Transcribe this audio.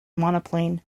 monoplane